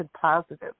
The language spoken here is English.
positive